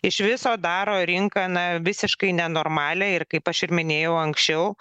iš viso daro rinką na visiškai nenormalią ir kaip aš ir minėjau anksčiau